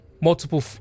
multiple